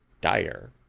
dire